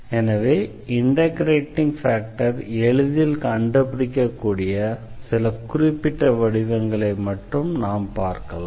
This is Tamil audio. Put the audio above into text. எனவே இண்டெக்ரேட்டிங் ஃபேக்டரை எளிதில் கண்டுபிடிக்கக்கூடிய சில குறிப்பிட்ட வடிவங்களை மட்டும் நாம் பார்க்கலாம்